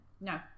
No